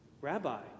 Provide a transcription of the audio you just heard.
Rabbi